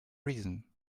reason